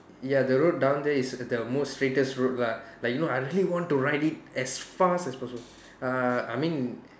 ya the road down there is the most fattest road lah like you know I really want to ride it as fast as possible uh I mean